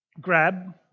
grab